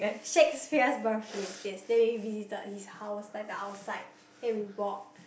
Shakespeare's birth place yes then we visited visited his house like the outside then we walk